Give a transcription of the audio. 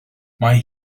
mae